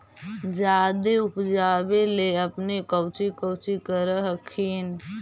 जादे उपजाबे ले अपने कौची कौची कर हखिन?